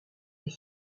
est